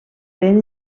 ben